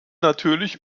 natürlich